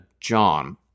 John